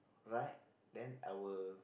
right then I will